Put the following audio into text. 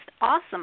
awesome